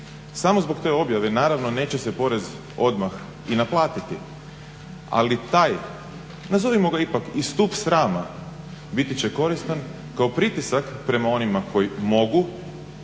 Samo zbog te objave naravno neće se porez odmah i naplatiti ali taj nazovimo ga ipak i stup srama biti će koristan kao pritisak prema onima koji mogu